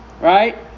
Right